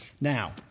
Now